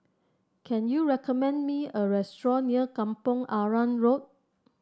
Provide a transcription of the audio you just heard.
can you recommend me a restaurant near Kampong Arang Road